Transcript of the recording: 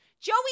joey